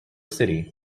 city